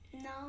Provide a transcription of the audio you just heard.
No